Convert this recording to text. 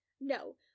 No